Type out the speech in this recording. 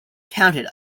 counted